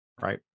right